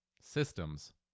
systems